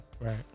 Right